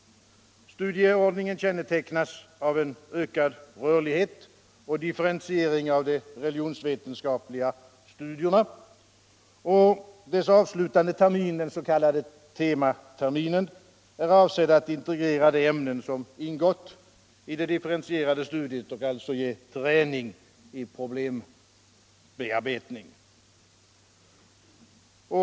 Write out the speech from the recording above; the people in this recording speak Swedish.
Studieordningen kännetecknas av ökad rörlighet och differentiering av de religionsvetenskapliga studierna, och dess avslutande termin, den s.k. tematerminen, är avsedd att integrera de ämnen som ingått i det differentierade studiet, alltså ge träning i problembearbetning.